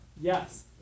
Yes